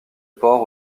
port